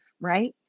right